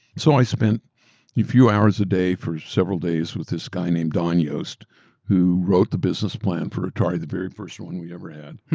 so i spent a few hours a day for several days with this guy named don yost who wrote the business plan for atari, the very first one we ever had.